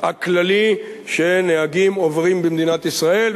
הכללי שנהגים עוברים במדינת ישראל,